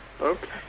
Okay